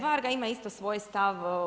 Varga ima isto svoj stav.